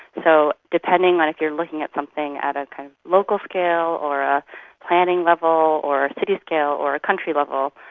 so depending on if you're looking at something at a kind of local scale or a planning level or a city scale or a country level,